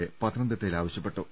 A പത്തനംതിട്ടയിൽ ആവശ്യപ്പെട്ടു